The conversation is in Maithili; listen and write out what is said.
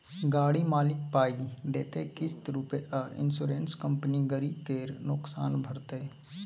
गाड़ी मालिक पाइ देतै किस्त रुपे आ इंश्योरेंस कंपनी गरी केर नोकसान भरतै